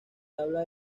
habla